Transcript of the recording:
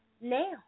now